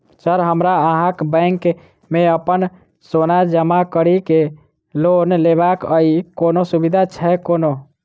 Sir हमरा अहाँक bank मे अप्पन सोना जमा करि केँ लोन लेबाक अई कोनो सुविधा छैय कोनो?